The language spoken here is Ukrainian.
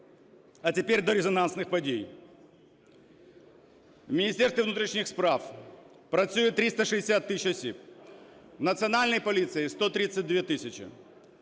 А тепер до резонансних подій. В Міністерстві внутрішніх справ працює 360 тисяч осіб, в Національній поліції – 132 тисячі.